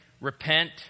repent